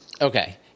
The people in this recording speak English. Okay